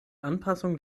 anpassung